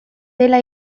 dela